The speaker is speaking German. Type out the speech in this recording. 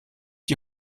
die